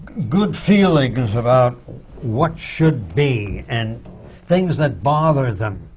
good feelings about what should be and things that bother them,